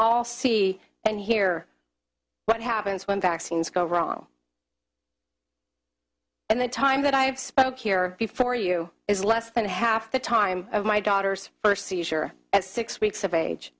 all see and hear what happens when vaccines go wrong and the time that i have spoke here before you is less than half the time of my daughter's first seizure at six weeks of age